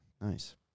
Nice